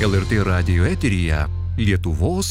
lrt radijo eteryje lietuvos